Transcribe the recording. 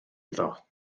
iddo